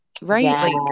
Right